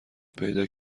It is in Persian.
پیدا